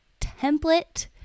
template